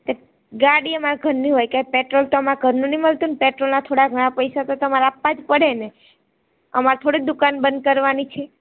કે ગાડી અમારા ઘરની હોય કાંઈ પેટ્રોલ તો અમારા ઘરનું નથી મળતું ને પેટ્રોલના થોડા ઘણા પૈસા તો તમારે આપવા જ પડે ને અમારે થોડી દુકાન બંધ કરવાની છે